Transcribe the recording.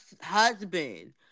husband